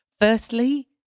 firstly